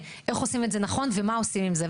איך עושים את זה נכון ומה עושים עם זה.